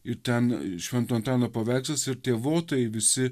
ir ten švento antano paveikslas ir tie votai visi